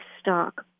stock